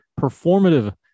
performative